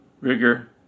rigor